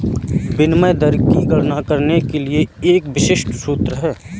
विनिमय दर की गणना करने के लिए एक विशिष्ट सूत्र है